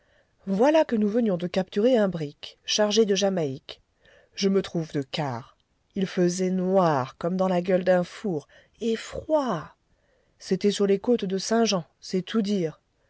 voilà que nous venions de capturer un brick chargé de jamaïque je me trouve de quart il faisait noir comme dans la gueule d'un four et froid c'était sur les côtes de saint-jean c'est tout dire